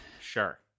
sure